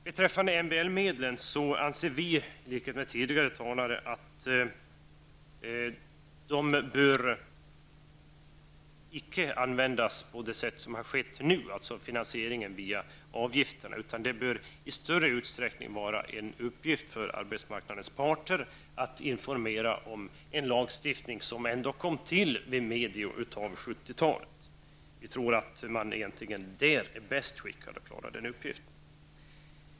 Beträffande MBL-medlen anser vi, i likhet med tidigare talare, att de icke bör användas på det sätt som har skett. Det bör i större utsträckning vara en uppgift för arbetsmarknadens parter att informera om en lagstiftning som ändå kom till vid mitten av 70-talet. Vi tror att de är bäst skickade att klara den uppgiften.